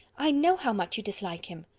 i know how much you dislike him.